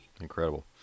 Incredible